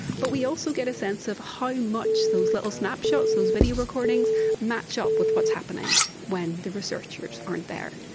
but we also get a sense of how much those little snapshots, those video recordings match up with what's happening when the researchers aren't there.